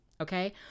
Okay